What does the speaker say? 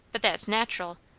but that's nat'ral.